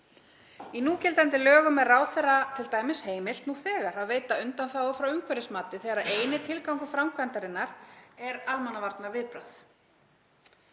Í núgildandi lögum er ráðherra t.d. heimilt nú þegar að veita undanþágu frá umhverfismati þegar eini tilgangur framkvæmdarinnar er almannavarnaviðbragð.